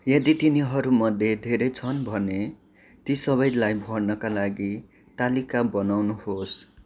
यदि तिनीहरूमध्ये धेरै छन् भने ती सबैलाई भर्नका लागि तालिका बनाउनुहोस्